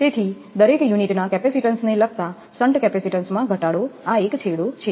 તેથીદરેક unit ના capacitance ને લગતા શન્ટ કેપેસિટેન્સમાં ઘટાડો આ એક છેડો છે